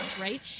right